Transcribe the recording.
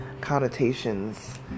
connotations